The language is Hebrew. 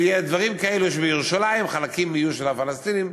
זה יהיה דברים כאלה שבירושלים חלקים יהיו של הפלסטינים,